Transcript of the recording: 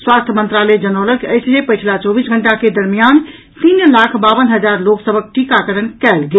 स्वास्थ्य मंत्रालय जनौलक अछि जे पछिला चौबीस घंटा के दरमियान तीन लाख बावन हजार लोक सभक टीकाकरण कयल गेल